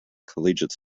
collegiate